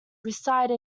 reside